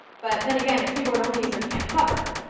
but then again, a keyboard-only user can't hover.